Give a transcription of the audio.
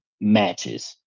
matches